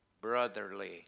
brotherly